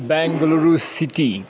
Bengaluru city